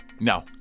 No